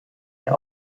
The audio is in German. der